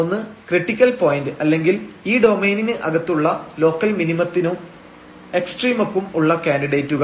ഒന്ന് critical point അല്ലെങ്കിൽ ഈ ഡൊമെയ്നിന് അകത്തുള്ള ലോക്കൽ മിനിമത്തിനും എക്സ്ട്രീമക്കും ഉള്ള കാന്ഡിഡേറ്റുകൾ